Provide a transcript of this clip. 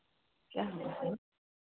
क्या